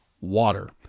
water